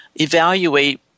evaluate